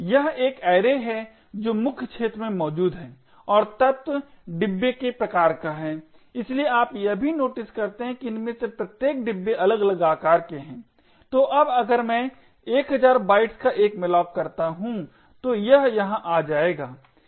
यह एक ऐरे है जो मुख्य क्षेत्र में मौजूद है और तत्व डिब्बे के प्रकार का है इसलिए आप यह भी नोटिस करते हैं कि इनमें से प्रत्येक डिब्बे अलग अलग आकार के हैं तो अब अगर मैं 1000 बाइट्स का एक malloc करता हूं तो यह यहां आ जाएगा